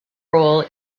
role